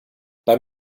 beim